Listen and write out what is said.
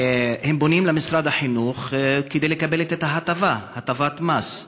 פונים למשרד החינוך כדי לקבל את ההטבה, הטבת המס,